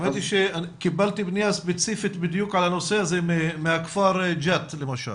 אמרתי שקבלתי פניה ספציפית בדיוק על הנושא הזה מהכפר ג'ת למשל.